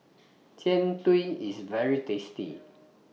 Jian Dui IS very tasty